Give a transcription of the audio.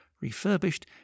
refurbished